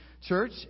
Church